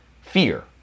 fear